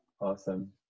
Awesome